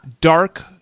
dark